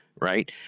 right